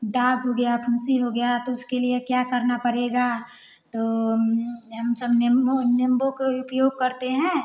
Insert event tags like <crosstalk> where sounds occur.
दाग हो गया फुंसी हो गया तो उसको लिए क्या करना पड़ेगा तो हम समझे <unintelligible> नींबू को ही उपयोग करते हैं